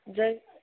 जर